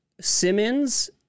Simmons